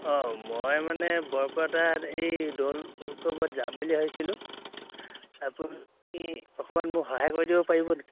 অঁ মই মানে বৰপেটাত এই দৌল উৎসৱত যাম বুলি ভাবিছিলোঁ আপুনি অকনমান মোক সহায় কৰি দিব পাৰিব নেকি